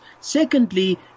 Secondly